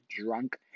drunk